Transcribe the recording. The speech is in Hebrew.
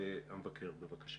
המבקר, בבקשה.